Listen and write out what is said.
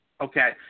Okay